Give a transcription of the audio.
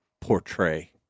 portray